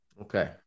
Okay